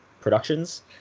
Productions